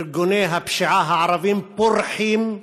ארגוני הפשיעה הערביים פורחים,